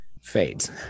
fades